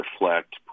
reflect